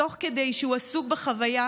תוך כדי שהוא עסוק בחוויה,